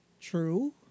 true